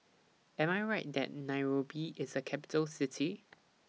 Am I Right that Nairobi IS A Capital City